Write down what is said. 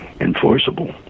enforceable